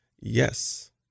Yes